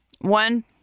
One